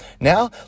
Now